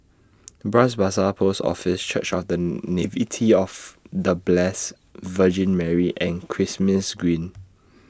Bras Basah Post Office Church of The of The Blessed Virgin Mary and Kismis Green